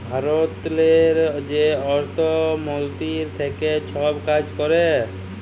ভারতেরলে যে অর্থ মলতিরি থ্যাকে ছব কাজ ক্যরে